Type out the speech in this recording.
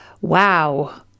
wow